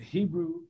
Hebrew